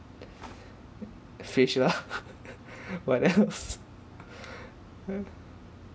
fish lah what else